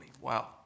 Wow